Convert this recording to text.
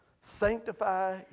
sanctify